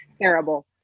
terrible